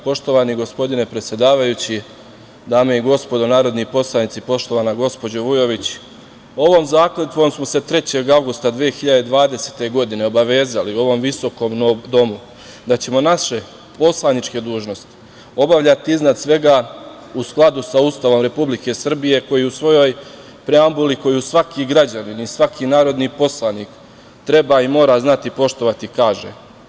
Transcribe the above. Poštovani gospodine predsedavajući, dame i gospodo narodni poslanici, poštovana gospođo Vujović, ovom zakletvom smo se 3. avgusta 2020. godine obavezali u ovom Visokom domu da ćemo naše poslaničke dužnosti obavljati iznad svega u skladu sa Ustavom Republike Srbije koji u svojoj preambuli, koju svaki građanin i svaki narodni poslanik treba i mora znati poštovati, kaže.